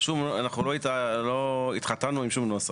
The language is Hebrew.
אנחנו לא התחתנו עם שום נוסח.